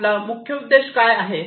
आपला मुख्य उद्देश काय आहे